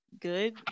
good